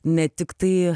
ne tik tai